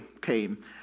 came